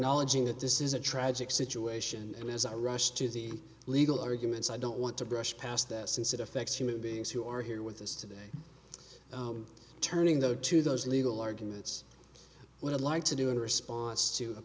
knowledge in that this is a tragic situation and as i rushed to the legal arguments i don't want to brush past that since it affects human beings who are here with us today turning though to those legal arguments when i'd like to do in response to a